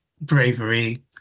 Bravery